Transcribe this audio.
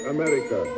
America